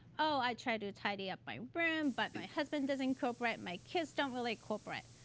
oh, i tried to tidy up my room, but my husband doesn't cooperate. my kids don't really corporate.